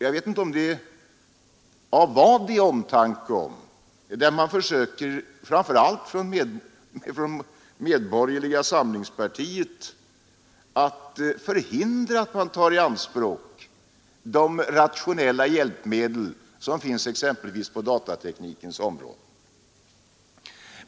Jag vet inte vad det är man har omtanke om när man — framför allt från moderata samlingspartiets sida — söker förhindra att staten tar i anspråk de rationella hjälpmedel som finns exempelvis på datateknikens område.